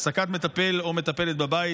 העסקת מטפל או מטפלת בבית,